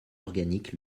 organique